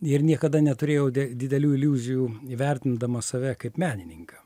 ir niekada neturėjau de didelių iliuzijų įvertindamas save kaip menininką